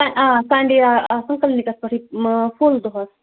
Sunday آسن clinics پٮ۪ٹھٕے full دۄہَس